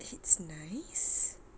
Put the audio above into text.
it's nice